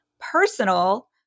personal